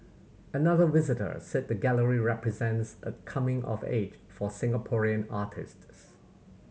another visitor said the gallery represents a coming of age for Singaporean artists